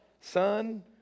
son